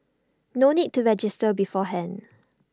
no need to register beforehand